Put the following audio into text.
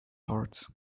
hearts